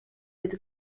with